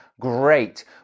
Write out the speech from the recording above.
great